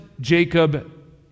Jacob